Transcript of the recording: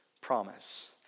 promise